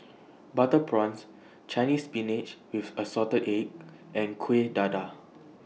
Butter Prawns Chinese Spinach with Assorted Eggs and Kuih Dadar